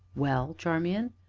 well, charmian?